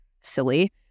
Silly